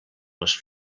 les